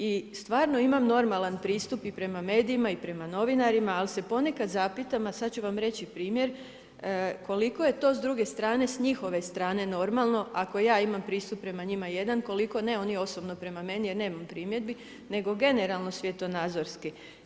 I stvarno imam normalan pristupi i prema medijima i prema novinarima, ali se ponekad zapitam, a sada ću vam reći i primjer, koliko je to s druge strane, s njihove strane normalno ako ja imam pristup prema njima jedan koliko ne oni osobno prema meni jer nemam primjedbi nego generalno svjetonazorski.